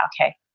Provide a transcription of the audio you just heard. okay